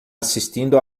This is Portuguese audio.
assistindo